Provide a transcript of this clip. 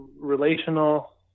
relational